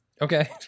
Okay